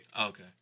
Okay